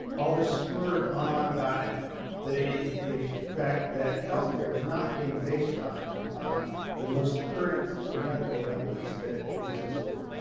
all this spurred on by the the fact that health care was not being based on the most current medical evidence that existed.